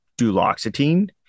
duloxetine